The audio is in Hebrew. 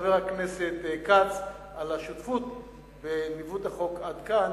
לחבר הכנסת כץ על השותפות בניווט החוק עד כאן.